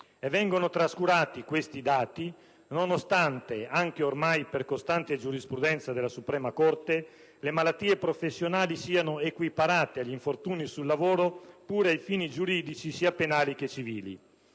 vengono trascurati nonostante ormai, per costante giurisprudenza della Suprema Corte, le malattie professionali siano equiparate agli infortuni sul lavoro anche ai fini giuridici, sia penali che civili.